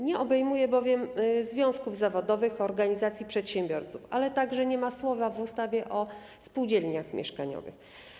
Nie obejmuje bowiem związków zawodowych organizacji przedsiębiorców, a także nie ma słowa w ustawie o spółdzielniach mieszkaniowych.